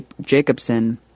Jacobson